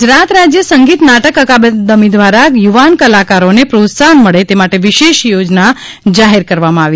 ગુજરાત રાજ્ય સંગીત નાટક અકાદમી દ્વારા યુવાન કલાકરોને પ્રોત્સાહન મળે તે માટે વિશેષ યોજના જાહેર કરવામાં આવી